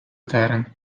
терен